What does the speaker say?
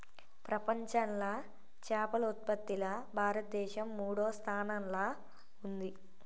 ప్రపంచంలా చేపల ఉత్పత్తిలా భారతదేశం మూడో స్థానంలా ఉంది